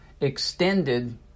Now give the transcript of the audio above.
extended